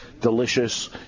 delicious